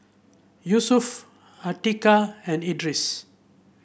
Yusuf Atiqah and Idris